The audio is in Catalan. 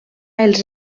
els